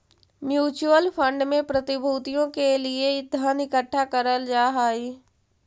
mutual fund में प्रतिभूतियों के लिए धन इकट्ठा करल जा हई